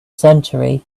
century